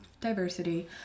diversity